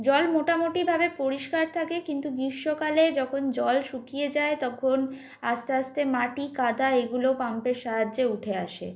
জল মোটামোটিভাবে পরিষ্কার থাকে কিন্তু গ্রীষ্মকালে যখন জল শুকিয়ে যায় তখন আস্তে আস্তে মাটি কাদা এগুলো পাম্পের সাহায্যে উঠে আসে